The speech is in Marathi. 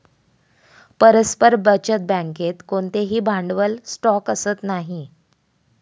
परस्पर बचत बँकेत कोणतेही भांडवल स्टॉक असत नाही